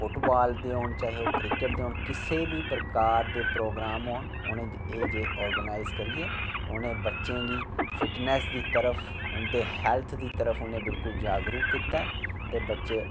football दे होन चाहे ओह् क्रिकट दे होन कुसै बी प्रकार दे प्रोगराम होन उ'नें गी एह् जेह् आरगेनाइज करियै उ'नें बच्चे गी फिटनस दी तरफ उंदी हैल्थ दी तरफ जागरुक कीता ऐ ते बच्चे